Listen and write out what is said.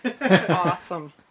Awesome